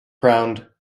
crowned